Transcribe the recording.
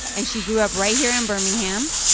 and she grew up right here in birmingham.